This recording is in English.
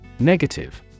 Negative